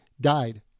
died